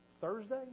thursday